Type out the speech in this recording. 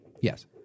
Yes